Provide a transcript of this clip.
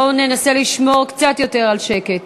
בואו ננסה לשמור קצת יותר על שקט.